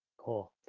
cool,